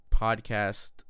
podcast